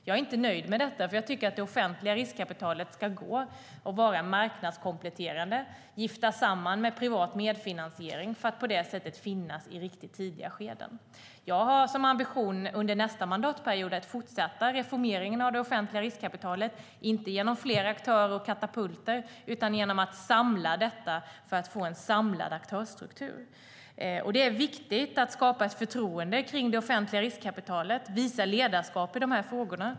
Jag är inte nöjd med detta, för jag tycker att det offentliga riskkapitalet ska vara marknadskompletterande och giftas samman med privat medfinansiering för att på det sättet finnas i riktigt tidiga skeden. Jag har som ambition under nästa mandatperiod att fortsätta reformeringen av det offentliga riskkapitalet, inte genom fler aktörer och katapulter utan genom att samla detta för att få en samlad aktörsstruktur. Det är viktigt att skapa ett förtroende för det offentliga riskkapitalet och visa ledarskap i de här frågorna.